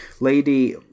Lady